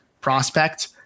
prospect